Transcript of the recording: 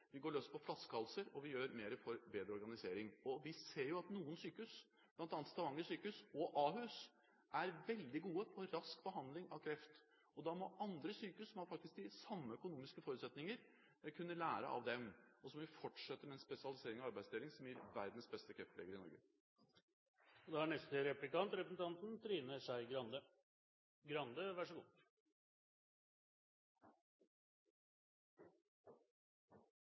vi går løs på flaskehalser, og vi gjør mer for bedre organisering. Vi ser at noen sykehus, bl.a. Stavanger sykehus og Ahus, er veldig gode på rask behandling av kreft, og da må andre sykehus som har de samme økonomiske forutsetningene, kunne lære av dem. Og så må vi fortsette med en spesialisering og arbeidsdeling som gir verdens beste kreftleger i Norge.